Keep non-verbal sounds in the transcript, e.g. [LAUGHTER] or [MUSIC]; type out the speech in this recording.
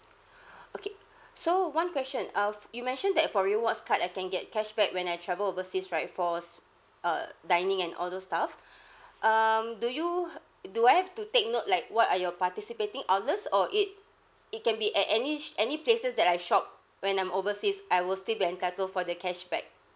[NOISE] [BREATH] okay [BREATH] so one question uh f~ you mentioned that for rewards card I can get cashback when I travel overseas right for s~ uh dining and all those stuff [BREATH] um do you ha~ do I have to take note like what are your participating outlets or it it can be at any sh~ any places that I shop when I'm overseas I will still be entitled for the cashback